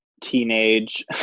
Teenage